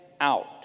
out